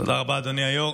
תודה רבה, אדוני היו"ר.